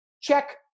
check